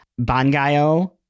Bangayo